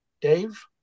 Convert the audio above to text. dave